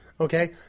Okay